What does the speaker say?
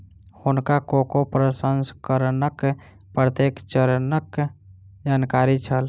हुनका कोको प्रसंस्करणक प्रत्येक चरणक जानकारी छल